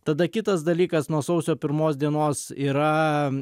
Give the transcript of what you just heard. tada kitas dalykas nuo sausio pirmos dienos yra